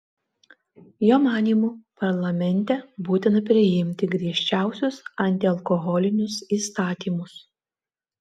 jo manymu parlamente būtina priimti griežčiausius antialkoholinius įstatymus